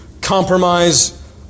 compromise